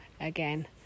Again